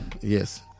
Yes